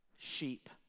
sheep